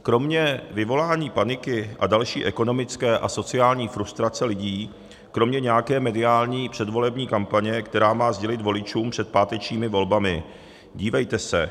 Kromě vyvolání paniky a další ekonomické a sociální frustrace lidí, kromě nějaké mediální předvolební kampaně, která má sdělit voličům před pátečními volbami: Dívejte se!